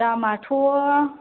दामाथ'